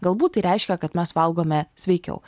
galbūt tai reiškia kad mes valgome sveikiau